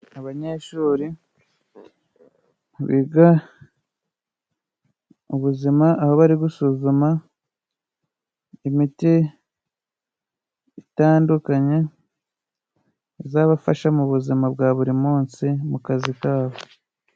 Abanyeshuri biga ubuzima aho bari gusuzuma imiti itandukanye, izabafasha mu buzima bwa buri munsi mu kazi kabo.